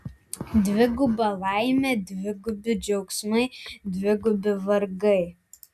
dviguba laimė dvigubi džiaugsmai dvigubi vargai